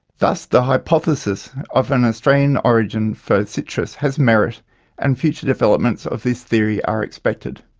thus the hypothesis of an australian origin for citrus has merit and future developments of this theory are expected.